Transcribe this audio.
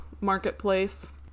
marketplace